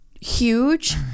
huge